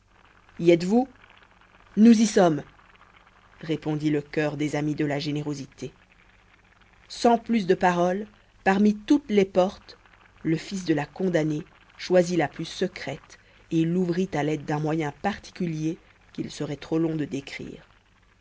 y êtes-vous nous y sommes répondit le choeur des amis de la générosité sans plus de paroles parmi toutes les portes le fils de la condamnée choisit la plus secrète et l'ouvrit à l'aide d'un moyen particulier qu'il serait trop long de décrire